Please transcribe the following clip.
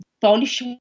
Polish